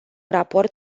raport